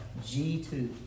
G2